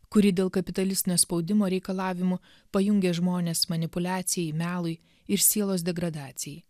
kuri dėl kapitalistinio spaudimo reikalavimų pajungia žmones manipuliacijai melui ir sielos degradacijai